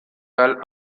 balle